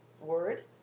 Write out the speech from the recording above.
word